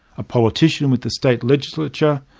a politician with the state legislature,